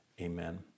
Amen